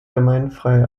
gemeinfrei